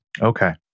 Okay